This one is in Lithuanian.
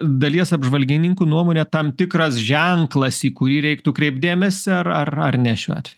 dalies apžvalgininkų nuomone tam tikras ženklas į kurį reiktų kreipti dėmesį ar ar ne šiuo atveju